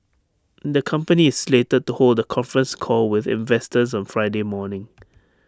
the company is slated to hold A conference call with investors on Friday morning